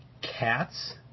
cats